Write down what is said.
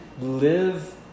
live